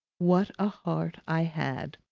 what a heart i had!